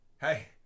Hey